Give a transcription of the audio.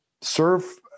serve